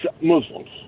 Muslims